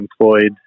employed